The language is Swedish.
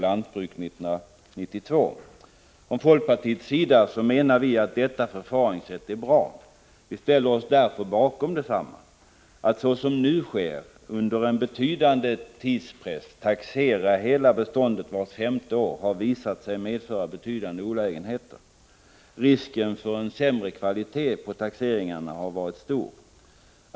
Från folkpartiets sida menar vi att detta förfaringssätt är bra. Vi ställer oss därför bakom detsamma. Att såsom nu sker under en betydande tidspress taxera hela beståndet vart femte år har visat sig medföra betydande olägenheter. Risken för sämre kvalitet på taxeringarna har varit stor.